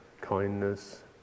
kindness